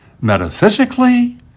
metaphysically